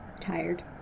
tired